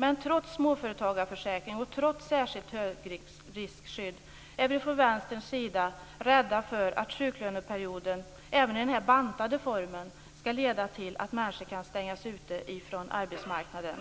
Men trots småföretagarförsäkring och trots särskilt högriskskydd är vi i Vänstern rädda för att sjuklöneperioden även i den här bantade formen skall leda till att människor kan stängas ute från arbetsmarknaden.